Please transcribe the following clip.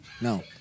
No